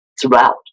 throughout